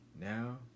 Now